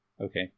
Okay